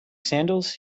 sandals